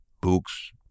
books